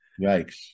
Yikes